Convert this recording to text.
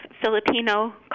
Filipino